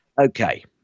Okay